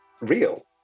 real